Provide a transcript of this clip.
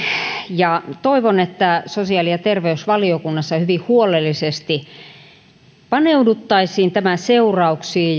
toivon että sosiaali ja terveysvaliokunnassa hyvin huolellisesti paneuduttaisiin tämän seurauksiin